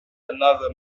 another